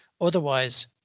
otherwise